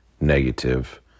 negative